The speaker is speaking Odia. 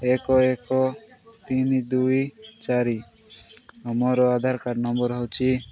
ଏକ ଏକ ତିନି ଦୁଇ ଚାରି ଆଉ ମୋର ଆଧାର କାର୍ଡ଼ ନମ୍ବର ହଉଛି